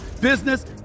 business